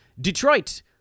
Detroit